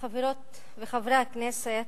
חברות וחברי הכנסת,